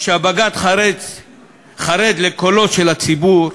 שבג"ץ חרד לקולו של הציבור,